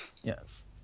yes